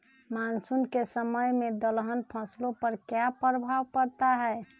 Monsoon के समय में दलहन फसलो पर क्या प्रभाव पड़ता हैँ?